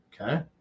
Okay